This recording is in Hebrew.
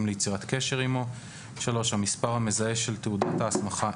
ליצירת קשר עימו; (3)המספר המזהה של תעודת ההסמכה,